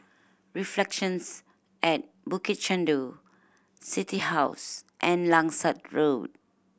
Reflections at Bukit Chandu City House and Langsat Road